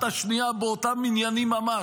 הן סותרות אחת את השנייה באותם עניינים ממש.